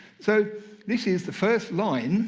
so this is the first line